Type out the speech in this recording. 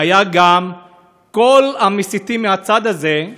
היו גם כל המסיתים מהצד הזה,